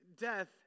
death